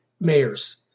mayors